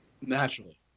Naturally